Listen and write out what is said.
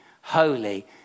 Holy